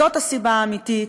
זאת הסיבה האמיתית.